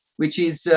which is